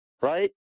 right